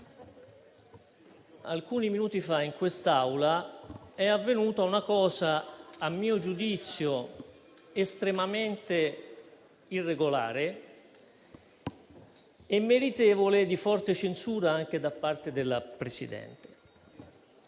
alcuni minuti fa in quest'Aula è avvenuta una cosa estremamente irregolare e meritevole di forte censura anche da parte della Presidente.